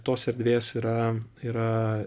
tos erdvės yra yra